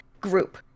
group